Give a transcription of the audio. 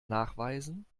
nachweisen